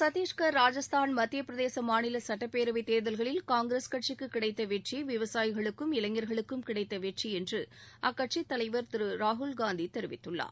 சத்தீஸ்கர் ராஜஸ்தான் மத்தியப் பிரதேச மாநில சுட்டப் பேரவைத் தேர்தல்களில் காங்கிரஸ் கட்சிக்கு கிடைத்த வெற்றி விவசாயிகளுக்கும் இளைஞர்களுக்கும் கிடைத்த வெற்றி என்று அக்கட்சித் தலைவர் திரு ராகுல்காந்தி தெரிவித்துள்ளார்